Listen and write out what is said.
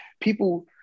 people